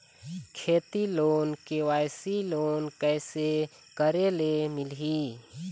खेती loan KYC loan कइसे करे ले मिलही?